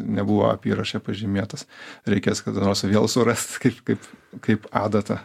nebuvo apyraše pažymėtas reikės kada nors vėl surast kaip kaip kaip adata